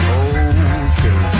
okay